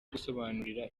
gusobanurira